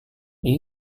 lee